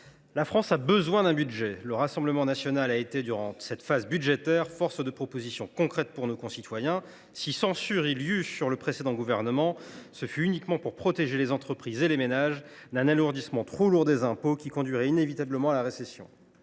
la France a besoin d’un budget. Le Rassemblement national a été, durant cette phase budgétaire, force de propositions concrètes pour nos concitoyens. Si censure il y eut à l’égard du précédent gouvernement, ce fut uniquement pour protéger les entreprises et les ménages d’un alourdissement trop lourd des impôts, qui conduirait inévitablement à la récession.